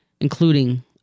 including